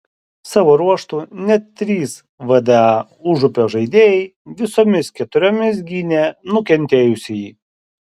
savo ruožtu net trys vda užupio žaidėjai visomis keturiomis gynė nukentėjusįjį